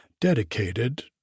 dedicated